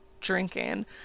drinking